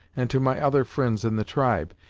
and to my other fri'nds in the tribe,